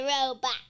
robot